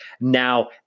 now